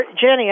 Jenny